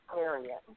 area